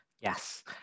Yes